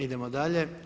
Idemo dalje.